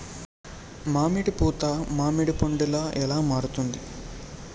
మామిడి పూత మామిడి పందుల ఎలా మారుతుంది?